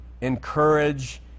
encourage